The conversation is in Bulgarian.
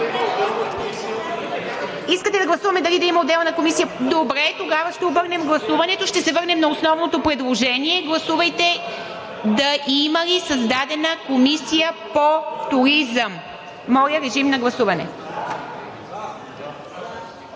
Искате да гласуваме дали да има отделна комисия? (Реплики.) Добре тогава. Ще обърнем гласуването, ще се върнем на основното предложение. Гласувайте да има ли създадена Комисия по туризъм. Гласували